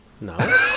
No